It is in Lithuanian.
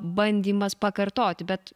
bandymas pakartoti bet